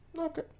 Okay